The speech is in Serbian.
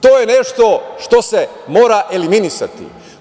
To je nešto što se mora eliminisati.